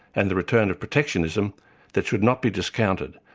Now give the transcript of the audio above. and the return of protectionism that should not be discounted,